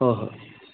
ꯍꯣꯏ ꯍꯣꯏ